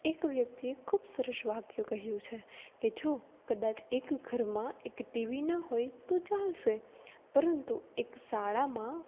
એક વ્યક્તિએ ખૂબ સરસ વાક્ય કહ્યું છે કે જો કદાચ એક ઘરમાં એક ટીવી ન હોય તો ચાલશે પરંતુ એક શાળામાં